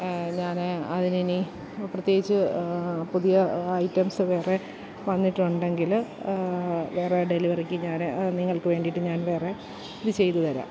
ഞാനേ അതിനിനി പ്രത്യേകിച്ച് പുതിയ ഐറ്റംസ് വേറെ വന്നിട്ടുണ്ടെങ്കിൽ വേറെ ഡെലിവറിക്ക് ഞാൻ നിങ്ങൾക്ക് വേണ്ടിയിട്ട് ഞാൻ വേറെ ഇത് ചെയ്ത് തരാം